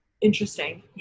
interesting